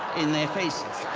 in their faces